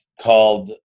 called